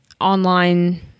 online